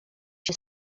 się